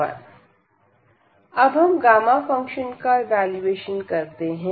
अब हम gamma function का इवैल्यूएशन करते हैं